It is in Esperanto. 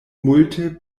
multe